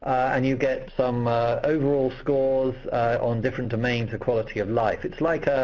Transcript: and you get some overall scores on different domains of quality of life. it's like